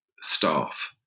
staff